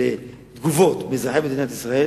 ולתגובות מאזרחי מדינת ישראל